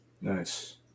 nice